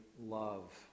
love